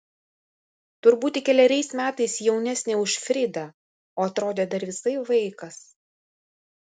turbūt tik keleriais metais jaunesnė už fridą o atrodė dar visai vaikas